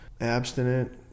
abstinent